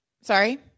sorry